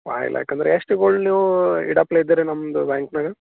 five lakh ಅಂದರೆ ಎಷ್ಟು gold ನೀವೂ ಇಡಾಕಿದ್ದೀರಿ ನಮ್ಮದು ಬ್ಯಾಂಕ್ನಾಗ